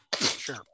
Sure